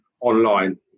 online